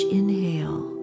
inhale